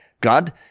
God